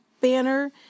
banner